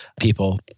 people